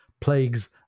plagues